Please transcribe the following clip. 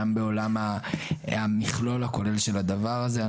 גם בעולם המכלול הכולל של הדבר הזה,